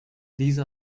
these